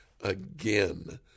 Again